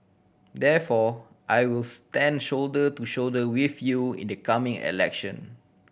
therefore I will stand shoulder to shoulder with you in the coming election